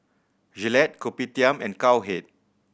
Gillette Kopitiam and Cowhead